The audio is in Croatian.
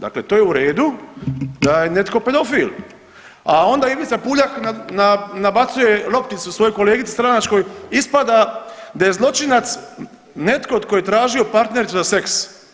Dakle to je u redu da je netko pedofil, a onda Ivica Puljak nabavuje lopticu svoju kolegici stranačkoj, ispada da je zločinac netko tko je tražio partnericu za seks.